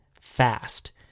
Fast